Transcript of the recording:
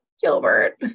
Gilbert